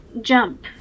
Jump